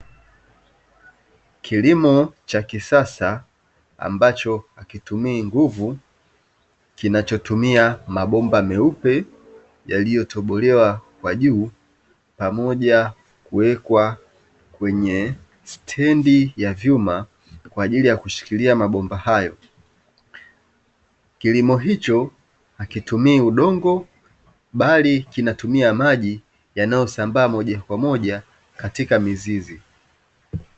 Kilimo cha kisasa ambacho hakitumii nguvu; kinachotumia mabomba meupe yaliyotobolewa kwa juu, pamoja kuwekwa kwenye stendi ya vyuma kwa ajili ya kushikilia mabomba hayo. Kilimo hicho hakitumii udongo, bali kinatumia maji yanayosambaa moja kwa moja katika mizizi.